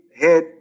head